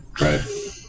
Right